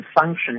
function